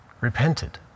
repented